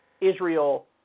Israel